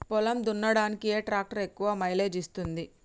పొలం దున్నడానికి ఏ ట్రాక్టర్ ఎక్కువ మైలేజ్ ఇస్తుంది?